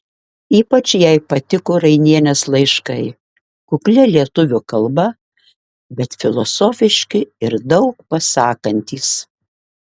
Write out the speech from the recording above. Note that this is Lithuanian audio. ypač jai patiko rainienės laiškai kuklia lietuvių kalba bet filosofiški ir daug pasakantys